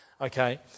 okay